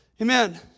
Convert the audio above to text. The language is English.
Amen